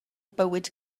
bywyd